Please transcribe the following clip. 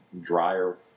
drier